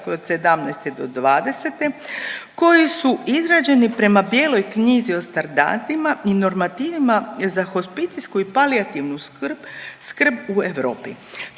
od '17. do '20. koji su izrađeni prema bijeloj knjizi o standardima i normativima za hospicijsku i palijativnu skrb u Europi.